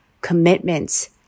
commitments